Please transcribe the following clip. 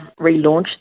relaunched